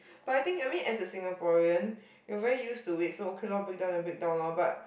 but I think I mean as a Singaporean we are very used to it so okay lor break down then break down lor but